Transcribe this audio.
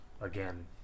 again